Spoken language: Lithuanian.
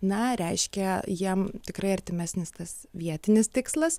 na reiškia jiem tikrai artimesnis tas vietinis tikslas